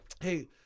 Hey